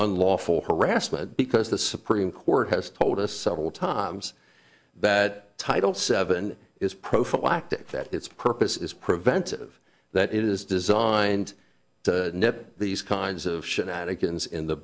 unlawful harassment because the supreme court has told us several times that title seven is prophylactic that its purpose is preventive that it is designed to nip these kinds of shenanigans in the